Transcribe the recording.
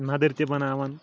نَدٕرۍ تہِ بَناوان